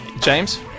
james